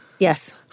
yes